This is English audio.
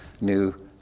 new